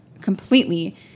completely